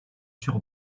sur